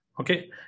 Okay